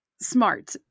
smart